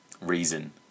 reason